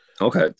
Okay